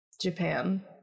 japan